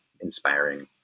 inspiring